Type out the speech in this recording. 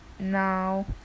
Now